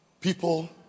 people